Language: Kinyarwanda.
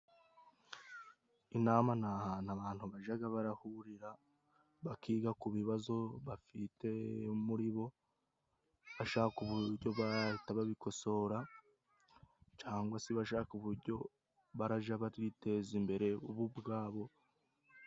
Inama ni ahantu abantu bajaga barahurira ,bakiga ku bibazo bafite muri bo bashaka uburyo bahita babikosora, cyangwa se bashaka uburyo baraja biteza imbere bo ubwabo.